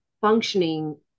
functioning